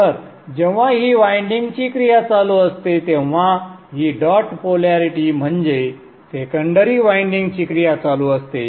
तर जेव्हा ही वायंडिंग ची क्रिया चालू असते तेव्हा ही डॉट पोलॅरिटी म्हणजे सेकंडरी वायंडिंग ची क्रिया चालू असते